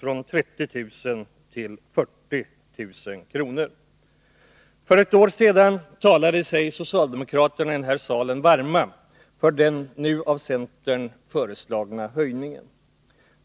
För ett år sedan talade sig socialdemokraterna i den här salen varma för den nu av centern föreslagna höjningen.